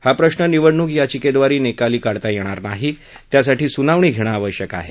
हा प्रश्न निवडणूक याचिकेब्रारे निकाली काढता येणार नाही त्यासाठी सुनावणी घेणं आवश्यक आहे